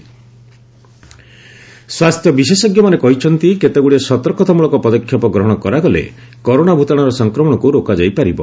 corona prevention ସ୍ୱାସ୍ଥ୍ୟ ବିଶେଷଜ୍ଞମାନେ କହିଛନ୍ତି କେତେଗୁଡ଼ିଏ ସତର୍କତାମୂଳକ ପଦକ୍ଷେପ ଗ୍ରହଣ କରାଗଲେ କରୋନା ଭୂତାଣୁର ସଂକ୍ରମଣକୁ ରୋକାଯାଇ ପାରିବ